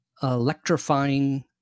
Electrifying